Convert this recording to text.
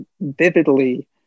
vividly